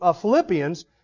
Philippians